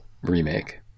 remake